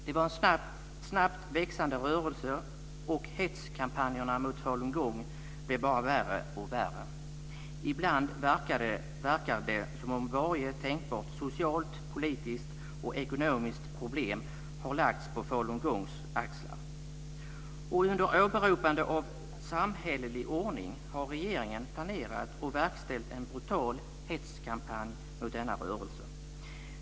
Det var en snabbt växande rörelse, och hetskampanjerna mot falungong blev bara värre och värre. Ibland verkar det som om varje tänkbart socialt, politiskt och ekonomiskt problem har lagts på falungongs axlar. Under åberopande av samhällelig ordning har regeringen planerat och verkställt en brutal hetskampanj mot denna rörelse.